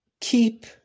keep